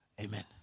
Amen